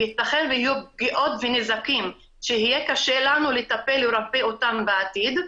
וייתכן ויהיו פגיעות ונזקים שיהיה קשה לנו לטפל ולרפא אותם בעתיד.